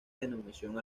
denominación